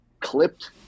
clipped